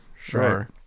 sure